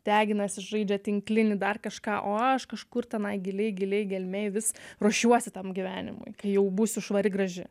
deginasi žaidžia tinklinį dar kažką o aš kažkur tenai giliai giliai gelmėj vis ruošiuosi tam gyvenimui kai jau būsiu švari graži